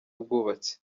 n’ubwubatsi